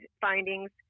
findings